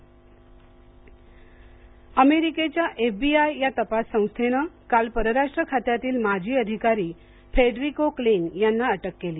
Trump सहकारी अटक अमेरिकेच्या एफबीआय या तपास संस्थेनं काल परराष्ट्र खात्यातील माजी अधिकारी फेडरिको क्लेन यांना अटक केली